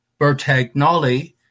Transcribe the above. Bertagnoli